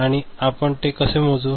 आणि आता आपण ते कसे मोजू